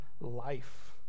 life